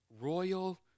royal